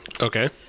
okay